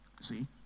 See